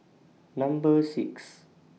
Number six